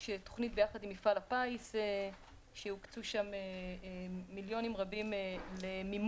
יש תוכנית ביחד עם מפעל הפיס שהוקצו שם מיליונים רבים למימון